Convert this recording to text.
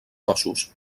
cossos